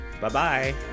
bye-bye